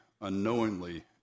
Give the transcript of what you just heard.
unknowingly